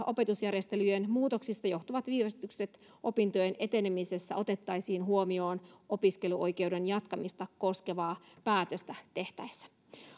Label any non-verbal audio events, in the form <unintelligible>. <unintelligible> opetusjärjestelyjen muutoksista johtuvat viivästykset opintojen etenemisessä otettaisiin huomioon opiskeluoikeuden jatkamista koskevaa päätöstä tehtäessä